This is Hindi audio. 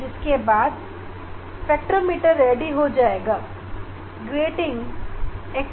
इसके बाद हमारा स्पेक्ट्रोमीटर ग्रेटिंग के प्रयोग के लिए बिल्कुल तैयार हो जाएगा